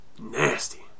Nasty